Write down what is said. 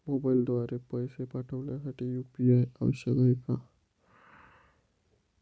मोबाईलद्वारे पैसे पाठवण्यासाठी यू.पी.आय आवश्यक आहे का?